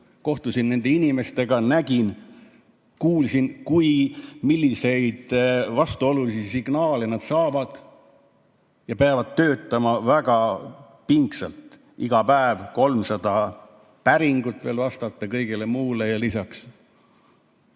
kohtusin nende inimestega, nägin ja kuulsin, milliseid vastuolulisi signaale nad saavad. Nad peavad töötama väga pingsalt, iga päev 300 päringut tuleb veel vastata kõigele muule lisaks.